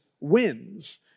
wins